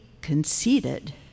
conceited